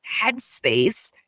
headspace